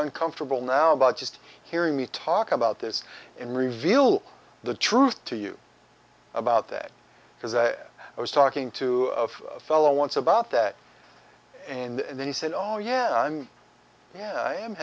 uncomfortable now about just hearing me talk about this in reveal the truth to you about that because i was talking to of fellow aunts about that and they said oh yeah i'm yeah i am